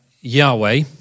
Yahweh